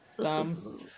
Dumb